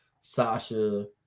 Sasha